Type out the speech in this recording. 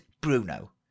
Bruno